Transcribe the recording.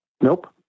Nope